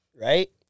right